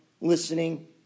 listening